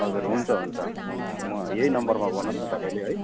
हजुर हुन्छ हुन्छ हुन्छ म यही नम्बरमा गर्नुहोस् न तपाईँले है